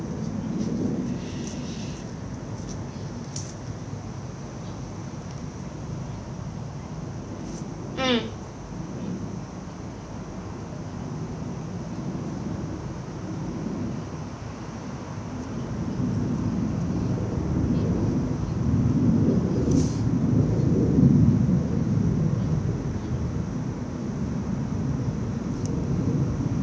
mm